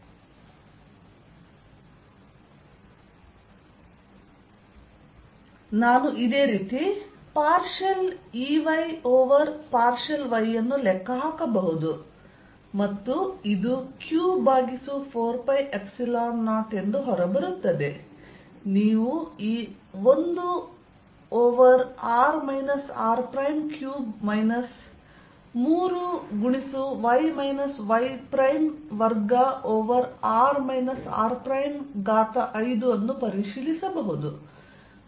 Exxyz∂xq4π01r r3 3x x2r r5 ನಾನು ಇದೇ ರೀತಿ partial Ey over partial y ಅನ್ನು ಲೆಕ್ಕ ಹಾಕಬಹುದು ಮತ್ತು ಇದು q4π0 ಎಂದು ಹೊರಬರುತ್ತದೆ ನೀವು ಈ 1 over r r3 minus 3y y2 over r r5 ಅನ್ನು ಪರಿಶೀಲಿಸಬಹುದು